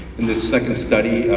in this second study,